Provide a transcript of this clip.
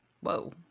Whoa